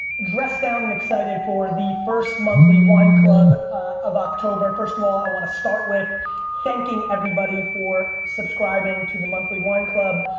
dressed down and excited for the first monthly wine club of october. first of all, i want to start with thanking everybody for subscribing to the monthly wine club.